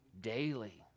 daily